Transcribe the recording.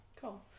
Cool